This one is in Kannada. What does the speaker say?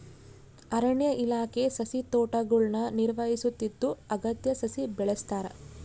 ಅರಣ್ಯ ಇಲಾಖೆ ಸಸಿತೋಟಗುಳ್ನ ನಿರ್ವಹಿಸುತ್ತಿದ್ದು ಅಗತ್ಯ ಸಸಿ ಬೆಳೆಸ್ತಾರ